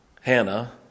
Hannah